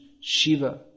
Shiva